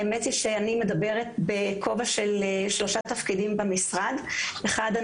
האמת היא שאני מדברת בכובע של שלושה תפקידים במשרד: אחד,